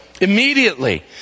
Immediately